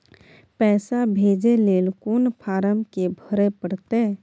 पैसा भेजय लेल कोन फारम के भरय परतै?